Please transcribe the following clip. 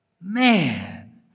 man